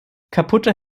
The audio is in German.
kaputte